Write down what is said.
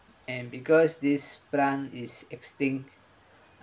and because this plant is extinct